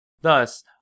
Thus